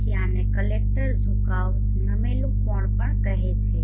તેથી આને કલેક્ટર ઝુકાવ નમેલું કોણ પણ કહેવામાં આવે છે